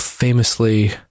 famously